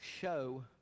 show